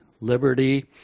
liberty